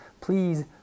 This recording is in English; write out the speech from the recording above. Please